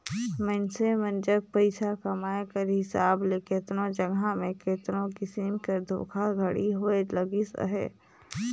मइनसे मन जग पइसा कमाए कर हिसाब ले केतनो जगहा में केतनो किसिम कर धोखाघड़ी होए लगिस अहे